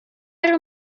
iron